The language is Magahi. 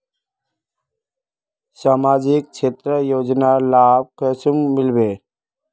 सामाजिक क्षेत्र योजनार लाभ कुंसम मिलबे?